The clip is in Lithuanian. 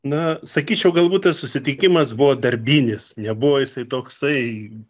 na sakyčiau galbūt tas susitikimas buvo darbinis nebuvo jisai toksai